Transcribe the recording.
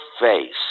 face